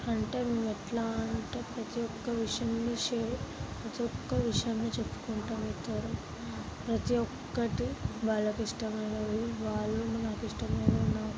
అంటే మేము ఎట్లా అంటే ప్రతి ఒక్క విషయంని షేర్ ప్రతి ఒక్క విషయాన్ని చెప్పుకుంటాం ఇద్దరూ ప్రతి ఒక్కటి వాళ్ళకిష్టమైనవి వాళ్ళు నాకు ఇష్టమైనవి నాకు